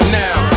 now